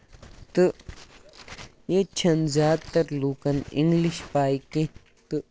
تہٕ ییٚتہِ چھِنہٕ زیادٕ تر لوٗکَن اِنگلِش پاے کیٚنٛہہ تہٕ